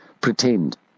pretend